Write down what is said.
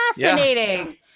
fascinating